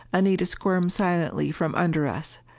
anita squirmed silently from under us.